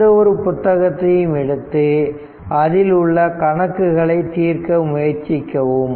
எந்த ஒரு புத்தகத்தையும் எடுத்து அதில் உள்ள கணக்குகளை தீர்க்க முயற்சிக்கவும்